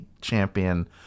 champion